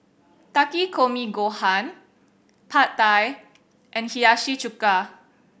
Takikomi Gohan Pad Thai and Hiyashi Chuka